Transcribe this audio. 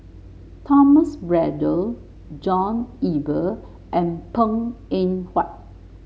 Thomas Braddell John Eber and Png Eng Huat